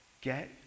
get